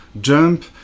jump